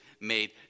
made